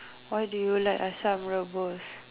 why do you like asam rebus